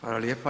Hvala lijepa.